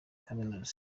kaminuza